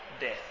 death